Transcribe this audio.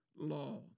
law